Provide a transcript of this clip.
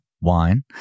wine